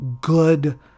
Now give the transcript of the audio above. good